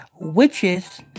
witches